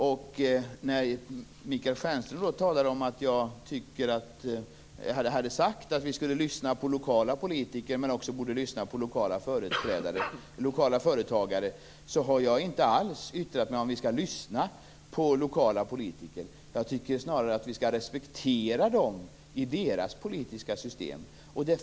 Michael Stjernström talar om att jag har sagt att vi borde lyssna på lokala politiker, och han säger att vi också borde lyssna på lokala företagare. Jag har inte alls yttrat mig om att vi skall lyssna på lokala politiker. Jag tycker snarare att vi skall respektera dem i deras politiska system.